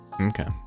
Okay